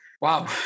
Wow